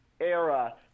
era